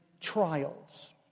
trials